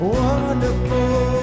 wonderful